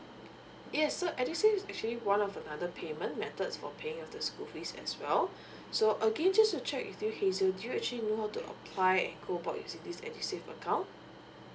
yes so edusave is actually one of another payment methods for paying out the school fees as well so again just to check with you hazel do you actually know how to apply and go about using this edusave account